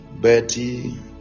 Betty